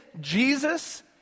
Jesus